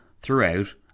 throughout